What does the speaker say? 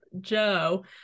Joe